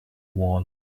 wall